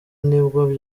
nibwo